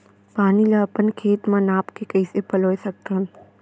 पानी ला अपन खेत म नाप के कइसे पलोय सकथन?